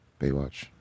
Baywatch